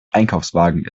einkaufswagen